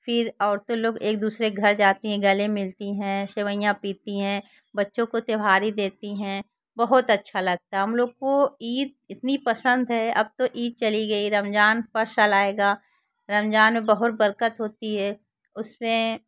फिर औरतें लोग एक दूसरे के घर जातीं हैं गले मिलतीं हैं सेवइयाँ पीतीं हैं बच्चों को त्यौहारी देती हैं बहुत अच्छा लगता है हम लोग को ईद इतनी पसंद है अब तो ईद चली गई रमज़ान हर साल आएगा रमज़ान बहुत बरकत होती है उसमें